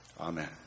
Amen